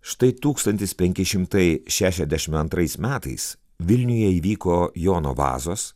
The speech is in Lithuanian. štai tūkstantis penki šimtai šešiasešim antrais metais vilniuje įvyko jono vazos